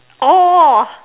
oh